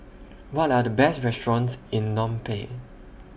What Are The Best restaurants in Phnom Penh